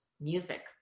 music